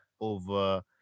over